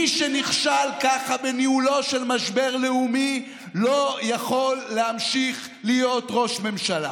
מי שנכשל ככה בניהולו של משבר לאומי לא יכול להמשיך להיות ראש ממשלה.